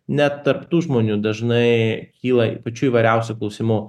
net tarp tų žmonių dažnai kyla ir pačių įvairiausių klausimų